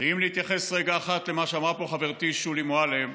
ואם להתייחס רגע אחד למה שאמרה פה חברתי שולי מועלם,